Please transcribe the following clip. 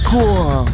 Cool